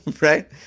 Right